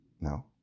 No